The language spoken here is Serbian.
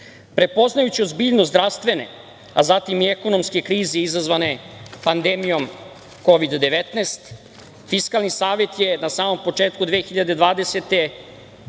BDP-a. Prepoznajući ozbiljnost zdravstvene, a zatim i ekonomske krize izazvane pandemijom Kovid-19, Fiskalni savet je na samom početku 2020.